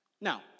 Now